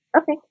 okay